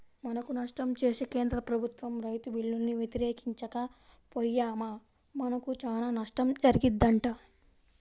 మనకు నష్టం చేసే కేంద్ర ప్రభుత్వ రైతు బిల్లుల్ని వ్యతిరేకించక పొయ్యామా మనకు చానా నష్టం జరిగిద్దంట